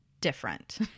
different